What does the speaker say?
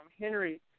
Henry